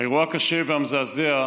האירוע הקשה והמזעזע,